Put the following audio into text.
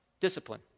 Discipline